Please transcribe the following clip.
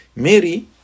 Mary